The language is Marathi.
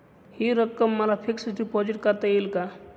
हि रक्कम मला फिक्स डिपॉझिट करता येईल का?